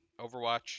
Overwatch